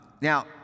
Now